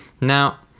Now